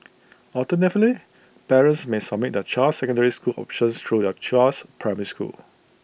alternatively parents may submit their child's secondary school options through their child's primary school